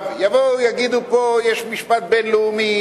יבואו ויגידו פה: יש משפט בין-לאומי,